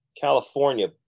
California